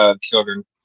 children